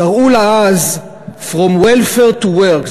קראו לה אז From Welfare to Work.